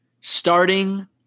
starting